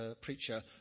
preacher